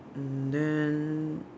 and then